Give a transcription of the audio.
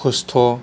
खस्थ'